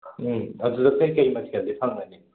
ꯎꯝ ꯑꯗꯨꯗ ꯀꯩꯀꯩ ꯃꯊꯦꯜꯗꯤ ꯐꯪꯒꯅꯤ